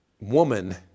woman